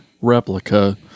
replica